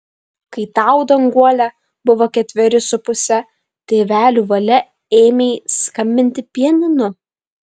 kai tau danguole buvo ketveri su puse tėvelių valia ėmei skambinti pianinu